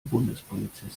bundespolizisten